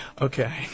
Okay